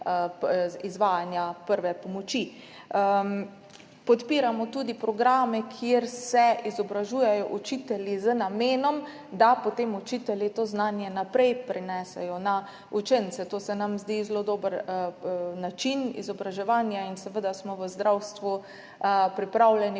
izvajanja prve pomoči. Podpiramo tudi programe, kjer se izobražujejo učitelji z namenom, da potem učitelji to znanje naprej prenesejo na učence. To se nam zdi zelo dober način izobraževanja in seveda smo v zdravstvu pripravljeni